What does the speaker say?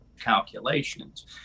calculations